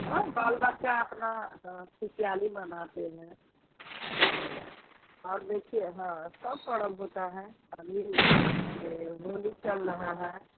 हाँ बाल बच्चा अपना हाँ खुशहाली मनाते है हाँ और देखिए हाँ सब पर्व होते हैं अभी होली चल रहा है